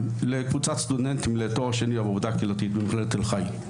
לקבוצת סטודנטים לתואר שני במכללת תל חי.